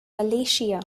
malaysia